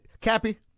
Cappy